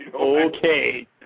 Okay